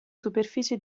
superficie